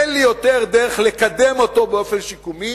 אין לי דרך לקדם אותו באופן שיקומי